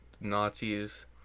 Nazis